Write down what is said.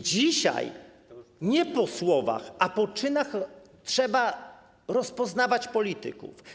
Dzisiaj nie po słowach, ale po czynach trzeba rozpoznawać polityków.